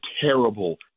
terrible